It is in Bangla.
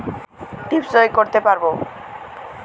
টিপ সই করতে পারবো?